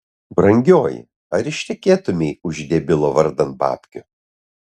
brangioji ar ištekėtumei už debilo vardan babkių